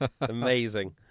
Amazing